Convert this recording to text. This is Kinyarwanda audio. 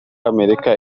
amerika